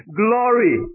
glory